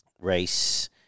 race